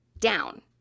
down